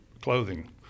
clothing